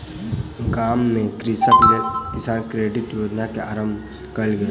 गाम में कृषकक लेल किसान क्रेडिट कार्ड योजना के आरम्भ कयल गेल